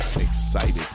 excited